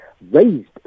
raised